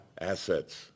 assets